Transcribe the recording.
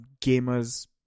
gamers